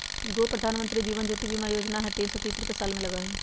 गो प्रधानमंत्री जीवन ज्योति बीमा योजना है तीन सौ तीस रुपए साल में लगहई?